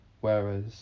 Whereas